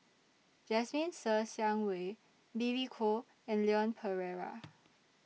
Jasmine Ser Xiang Wei Billy Koh and Leon Perera